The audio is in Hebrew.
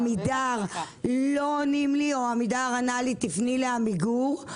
עמידר לא עונים לי; או עמידר ענה שאפנה לעמיגור.